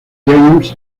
james